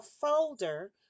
folder